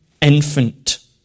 infant